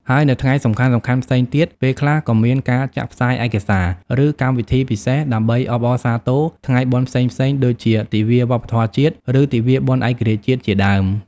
ហើយនៅថ្ងៃសំខាន់ៗផ្សេងទៀត ពេលខ្លះ ក៏មានការចាក់ផ្សាយឯកសារ ឬកម្មវិធីពិសេសដើម្បីអបអរសាទរថ្ងៃបុណ្យផ្សេងៗ ដូចជា ទិវាវប្បធម៌ជាតិ ឬ ទិវាបុណ្យឯករាជ្យជាតិ ជាដើម។